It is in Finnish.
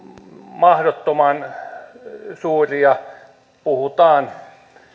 mahdottoman suuria puhutaan